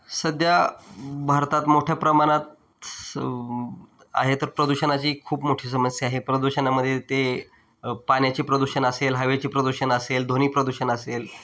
सध्या भारतात मोठ्या प्रमाणात आहे तर प्रदूषणाची खूप मोठी समस्या आहे प्रदूषणामध्ये ते पाण्याचे प्रदूषण असेल हवेचे प्रदूषण असेल ध्वनी प्रदूषण असेल